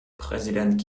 präsident